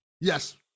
Yes